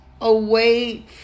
away